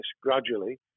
gradually